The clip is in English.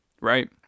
right